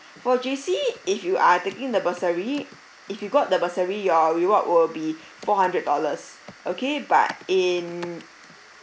for J_C if you are taking the bursary if you got the bursary your reward will be four hundred dollars okay but in